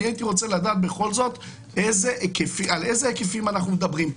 אני רוצה לדעת בכל זאת על איזה היקפים אנחנו מדברים,